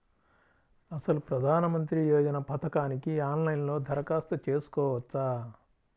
అసలు ప్రధాన మంత్రి యోజన పథకానికి ఆన్లైన్లో దరఖాస్తు చేసుకోవచ్చా?